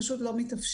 פשוט לא מתאפשר.